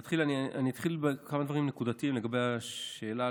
אני אתחיל בכמה דברים נקודתיים לגבי השאלה,